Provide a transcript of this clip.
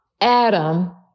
Adam